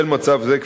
בשל מצב זה,